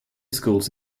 schools